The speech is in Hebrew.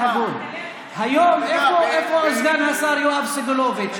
איפה סגן השר יואב סגלוביץ'?